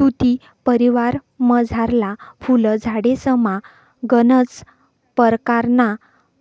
तुती परिवारमझारला फुल झाडेसमा गनच परकारना